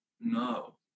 No